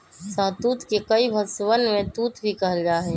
शहतूत के कई भषवन में तूत भी कहल जाहई